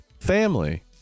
family